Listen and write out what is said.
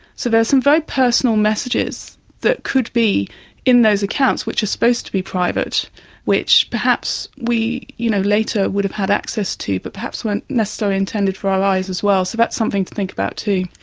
so there's some very personal messages that could be in those accounts which are supposed to be private which perhaps we you know later would have had access to but perhaps weren't necessarily intended for our eyes as well. so that's something to think about too.